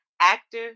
actor